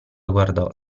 guardò